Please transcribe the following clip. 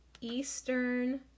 Eastern